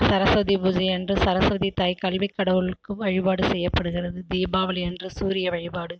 சரஸ்வதி பூஜை அன்று சரஸ்வதி தாய் கல்வி கடவுளுக்கு வழிபாடு செய்யப்படுகிறது தீபாவளி அன்று சூரிய வழிபாடு